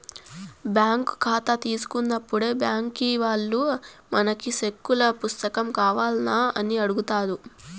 bank కాతా తీసుకున్నప్పుడే బ్యాంకీ వాల్లు మనకి సెక్కుల పుస్తకం కావాల్నా అని అడుగుతారు